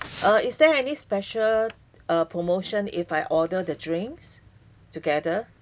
uh is there any special uh promotion if I order the drinks together